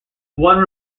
one